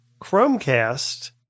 Chromecast